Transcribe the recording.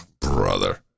Brother